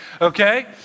okay